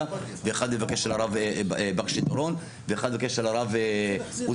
ואחד מבקש של הרב בקשי דורון ואחד מבקש של הרב עוזיאל.